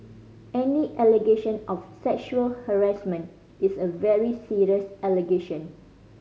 any allegation of sexual harassment is a very serious allegation